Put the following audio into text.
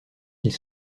ils